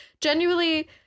genuinely